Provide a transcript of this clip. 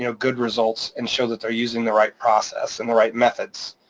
you know good results and show that they're using the right process and the right methods.